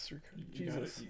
Jesus